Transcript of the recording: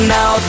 Now